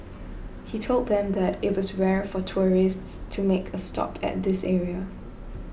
he told them that it was rare for tourists to make a stop at this area